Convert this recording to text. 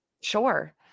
Sure